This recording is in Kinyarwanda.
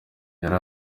yari